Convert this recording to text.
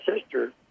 sister